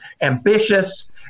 ambitious